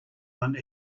one